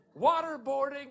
Waterboarding